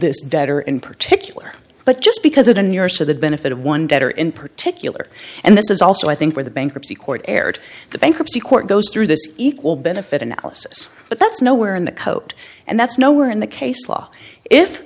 debtor in particular but just because it in years to the benefit of one debtor in particular and this is also i think where the bankruptcy court erred the bankruptcy court goes through this equal benefit analysis but that's nowhere in the coat and that's nowhere in the case law if